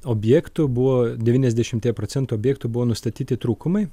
objektų buvo devyniasdešimtyje procentų objektų buvo nustatyti trūkumai